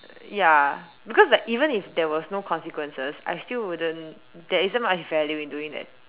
ya because like even if there was no consequences I still wouldn't there isn't much value in doing that